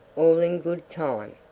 all in good time.